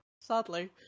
sadly